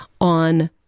on